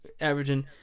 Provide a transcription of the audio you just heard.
averaging